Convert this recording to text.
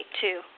two